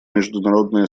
международное